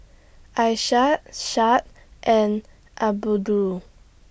Aisyah and Abdul